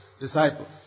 disciples